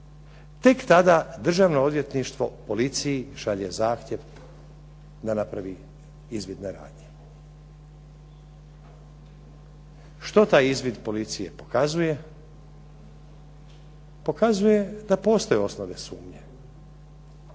tek tada Državno odvjetništvo policiji šalje zahtjeva da napravi izvidne radnje. Što taj izvid policije pokazuje? Pokazuje da postoje osnove sumnje.